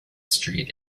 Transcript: street